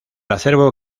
acervo